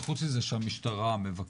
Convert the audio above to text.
חוץ מזה שהמשטרה מבקרת,